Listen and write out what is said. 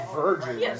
virgin